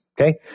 okay